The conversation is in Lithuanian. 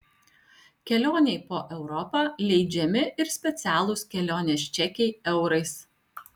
kelionei po europą leidžiami ir specialūs kelionės čekiai eurais